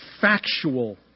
factual